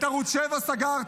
את ערוץ 7 סגרתם,